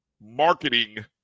marketing